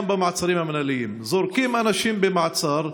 במעצרים המינהליים: זורקים אנשים במעצר,